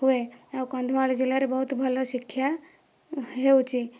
ହୁଏ ଆଉ କନ୍ଧମାଳ ଜିଲ୍ଲାରେ ବହୁତ ଭଲ ଶିକ୍ଷା ହେଉଛି